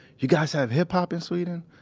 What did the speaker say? you guys have hip-hop in sweden?